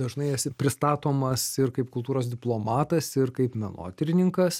dažnai esi pristatomas ir kaip kultūros diplomatas ir kaip menotyrininkas